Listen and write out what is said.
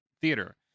theater